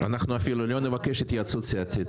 אנחנו אפילו לא נבקש התייעצות סיעתית.